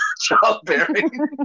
childbearing